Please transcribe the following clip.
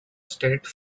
state